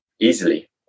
easily